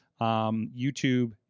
YouTube